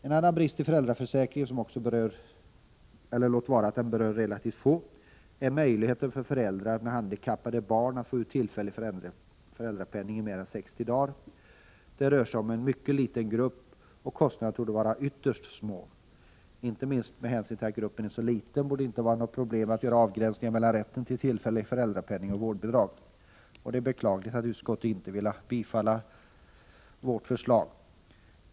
En annan brist i föräldraförsäkringen som berör relativt få är möjligheten för föräldrar med handikappade barn att få ut tillfällig föräldrapenning i mer än 60 dagar. Det rör sig om en mycket liten grupp, och kostnaderna torde vara ytterst små. Inte minst med tanke på att gruppen är så liten borde det inte vara några problem att göra avgränsningar mellan rätten till tillfällig föräldrapenning och vårdbidrag. Det är beklagligt att utskottet inte vill tillstyrka vårt förslag.